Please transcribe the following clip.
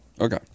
Okay